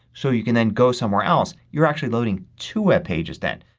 so you can then go somewhere else, you're actually loading two webpages then.